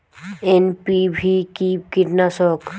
NPV কি কীটনাশক?